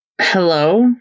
Hello